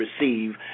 receive